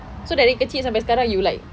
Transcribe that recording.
so dari kecil sampai sekarang you like